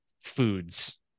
foods